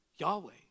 Yahweh